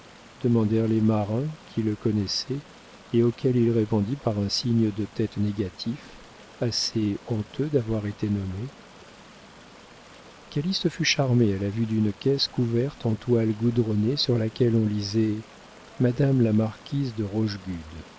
demandèrent les marins qui le connaissaient et auxquels il répondit par un signe de tête négatif assez honteux d'avoir été nommé calyste fut charmé à la vue d'une caisse couverte en toile goudronnée sur laquelle on lisait madame la marquise de